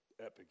epic